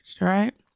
right